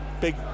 Big